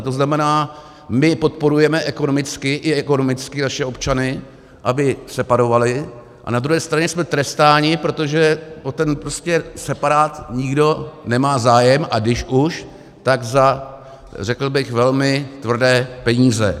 To znamená, my podporujeme ekonomicky i ekologicky naše občany, aby separovali, a na druhé straně jsme trestáni, protože o ten separát nikdo nemá zájem, a když už, tak za, řekl bych, velmi tvrdé peníze.